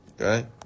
Okay